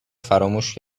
فراموش